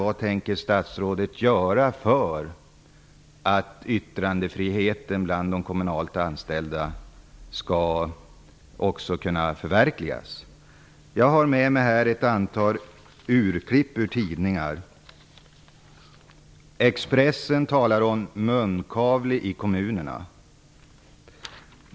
Vad tänker statsrådet göra för att yttrandefriheten bland de kommunalt anställda skall kunna förverkligas? Jag har med mig ett antal urklipp från olika tidningar. Expressen talar om munkavle i kommunerna.